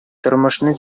тормышны